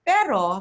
Pero